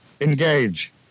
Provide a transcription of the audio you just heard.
Engage